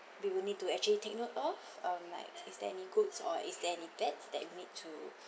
we will need to actually take note of um like is there any goods or is there any bad that we need to